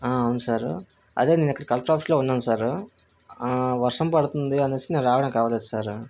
అవును సారు అదే నేను ఇక్కడ కలెక్టర్ ఆఫీస్లో ఉన్నాను సారు వర్షం పడుతుంది అనేసి నేను రావడానికి అవ్వలేదు సారు